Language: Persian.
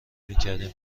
میکردم